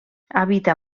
habita